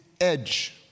edge